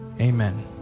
Amen